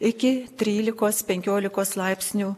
iki trylikos penkiolikos laipsnių